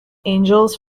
angels